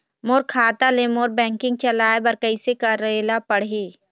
मोर खाता ले मोर बैंकिंग चलाए बर कइसे करेला पढ़ही?